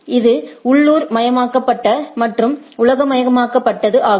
இது உள்ளூர்மயமாக்கப்பட்ட மற்றும் உலகமயமாக்கப்பட்டது ஆகும்